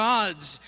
God's